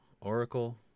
Oracle